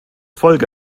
folge